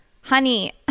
honey